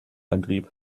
antrieb